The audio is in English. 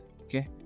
okay